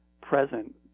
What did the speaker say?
present